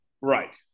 Right